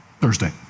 Thursday